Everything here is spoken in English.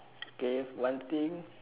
okay one thing